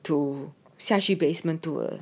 to 下去 basement two